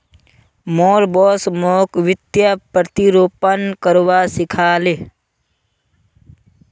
मोर बॉस मोक वित्तीय प्रतिरूपण करवा सिखा ले